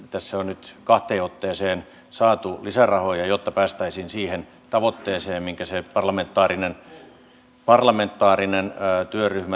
että tässä on nyt kahteen otteeseen saatu lisärahoja jotta päästäisiin siihen tavoitteeseen minkä se parlamentaarinen työryhmä linjasi